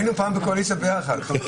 היינו פעם בקואליציה ביחד.